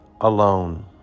alone